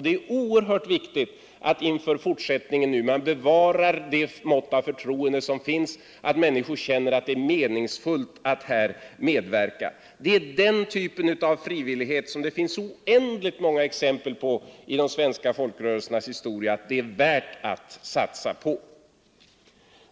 Det är oerhört viktigt att man inför fortsättningen bevarar det mått av förtroende som finns, så att människor känner att det är meningsfullt att här medverka. Det är den typen av frivillighet som det finns så oändligt många exempel på i de svenska folkrörelsernas historia att det är värt att satsa på